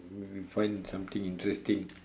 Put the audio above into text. you find something interesting